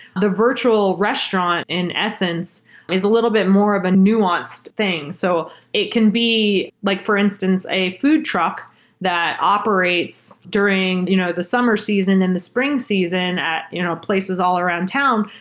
the virtual restaurant in essence is a little bit more of a nuanced thing. so it can be, like for instance, a food truck that operates during you know the summer season and the spring season at you know places all around town,